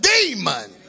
Demon